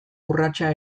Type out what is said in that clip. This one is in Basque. urratsa